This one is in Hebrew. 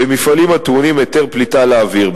במפעלים הטעונים היתר פליטה לאוויר.